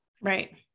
right